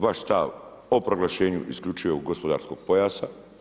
Vaš stav o proglašenju isključivo gospodarskog pojasa.